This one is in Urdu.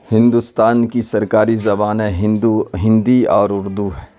ہندوستان کی سرکاری زبانیں ہندو ہندی اور اردو ہیں